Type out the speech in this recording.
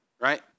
right